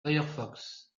firefox